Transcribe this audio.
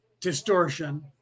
distortion